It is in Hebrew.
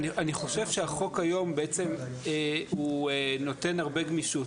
החוק היום נותן הרבה גמישות.